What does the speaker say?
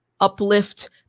uplift